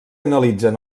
analitzen